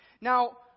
Now